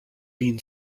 mean